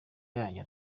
yanyu